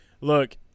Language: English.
Look